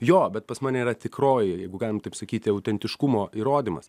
jo bet pas mane yra tikroji jeigu galim taip sakyti autentiškumo įrodymas